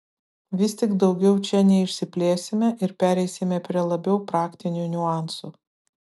vis tik daugiau čia neišsiplėsime ir pereisime prie labiau praktinių niuansų